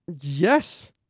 Yes